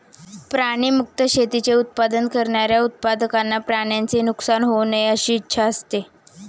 प्राणी मुक्त शेतीचे उत्पादन करणाऱ्या उत्पादकांना प्राण्यांचे नुकसान होऊ नये अशी इच्छा असते